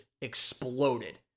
exploded